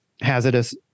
hazardous